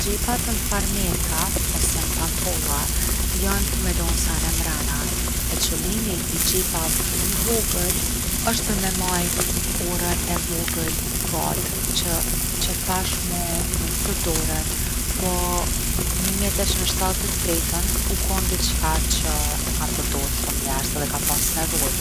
Xhepat n’farmerka ose n’pantolla jon për me lon sene mrena. E qëllimi i xhepave shumë t’vogel osht për me majt orën e vogël t’gatë që tash mo nuk përdoret. Po 1873 u kon diçka që e kanë përdorë shumë njerzt edhe ka pas nevojë.